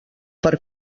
per